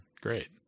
great